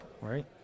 right